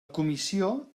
comissió